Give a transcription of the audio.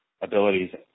abilities